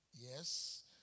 Yes